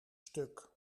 stuk